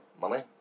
money